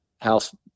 house